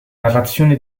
narrazione